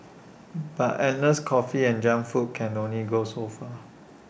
but endless coffee and junk food can only go so far